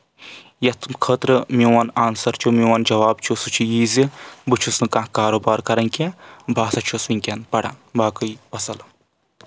یتھ خٲطرٕ میون آنسر چھُ میون جواب چھُ سُہ چھُ یہِ زِ بہٕ چھُس نہٕ کانٛہہ کاروبار کران کینٛہہ بہٕ ہسا چھُس وُنکیٚن پران باقٕے وَسَلام